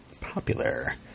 Popular